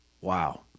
Wow